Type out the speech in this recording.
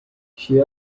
she